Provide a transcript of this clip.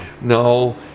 No